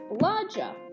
larger